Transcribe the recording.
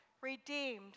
redeemed